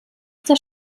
das